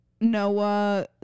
noah